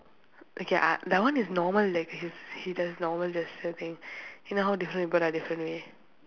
okay uh that one is normal like he's he does normal gesture thing you know how different people are different way